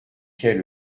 qu’est